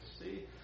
see